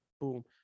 boom